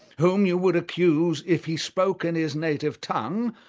whom you would accuse if he spoke in his native tongue,